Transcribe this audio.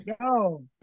go